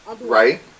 right